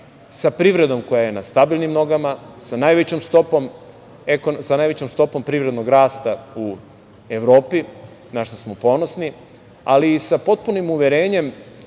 sa privredom koja je na stabilnim nogama, sa najvećom stopom privrednog rasta u Evropi, na šta smo ponosni, ali i sa potpunim uverenjem